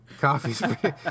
Coffee